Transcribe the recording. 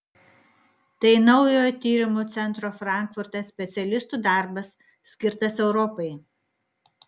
tai naujojo tyrimų centro frankfurte specialistų darbas skirtas europai